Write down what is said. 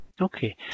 Okay